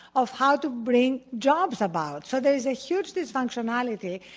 of how to bring jobs about. so there is a huge dysfunctionality.